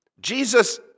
Jesus